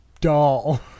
doll